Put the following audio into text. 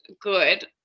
good